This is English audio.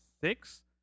six